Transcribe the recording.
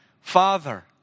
Father